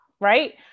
right